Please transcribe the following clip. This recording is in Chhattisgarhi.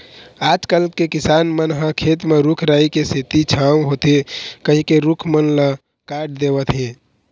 आजकल के किसान मन ह खेत म रूख राई के सेती छांव होथे कहिके रूख मन ल काट देवत हें